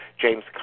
James